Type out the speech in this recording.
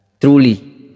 truly